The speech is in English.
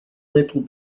little